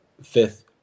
fifth